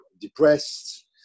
depressed